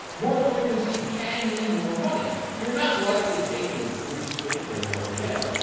more frequency can mean more money. you're not likely taking three swing trades every day.